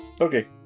Okay